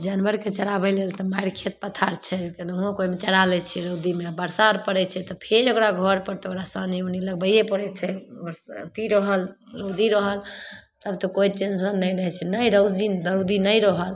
जानवरके चराबै लेल तऽ मारि खेत पथार छै ओहिमे चरा लै छी रौदीमे बरसा आर पड़ै छै तऽ फेर ओकरा घरपर तऽ ओकरा सानी उनी लगबैए पड़ै छै ओकर अथी रहल रौदी रहल तब तऽ कोइ टेन्शन नहि रहै छै नहि रौदी रौदी नहि रहल